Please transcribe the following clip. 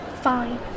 Fine